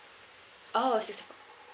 oh sixty four